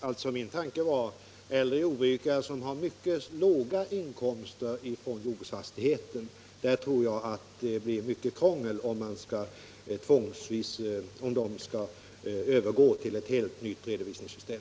Herr talman! Min tanke var att sådana regler skulle gälla äldre jordbrukare som har mycket låga inkomster från jordbruksfastigheter. Jag tror att det blir mycket krångel om de skall övergå till ett helt nytt redovisningssystem.